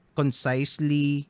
concisely